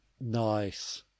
nice